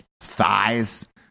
thighs